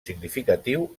significatiu